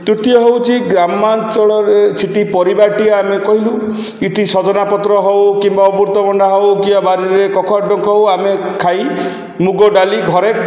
ତୃତୀୟ ହେଉଛି ଗ୍ରାମାଞ୍ଚଳରେ ସେଠି ପରିବାଟି ଆମେ କହିଲୁ ଏଠି ସଜନା ପତ୍ର ହେଉ କିମ୍ବା ଅମୃତଭଣ୍ଡା ହେଉ କିମ୍ବା ବାରିରେ କଖାରୁ ଖଣ୍ଡେ ହେଉ ଆମେ ଖାଇ ମୁଗ ଡାଲି ଘରେ